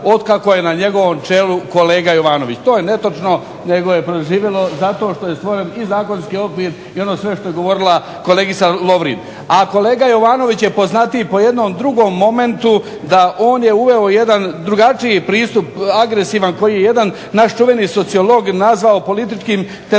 otkako je na njegovom čelu kolega Jovanović. To je netočno, nego je doživjelo zato što je stvoren i zakonski okvir i ono sve što je govorila kolegica Lovrin. A kolega Jovanović je poznatiji po jednom drugom momentu da on je uveo jedan drugačiji pristup, agresivan, koji je jedan naš čuveni sociolog nazvao političkom terorizmom.